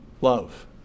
love